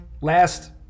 last